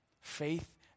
Faith